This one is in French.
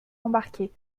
embarqués